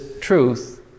truth